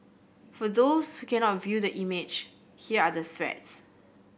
for those who cannot view the image here are the threats